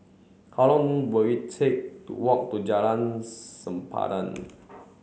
how long will it take to walk to Jalan Sempadan